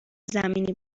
زمینی